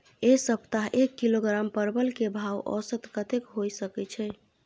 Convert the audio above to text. ऐ सप्ताह एक किलोग्राम परवल के भाव औसत कतेक होय सके छै?